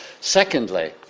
Secondly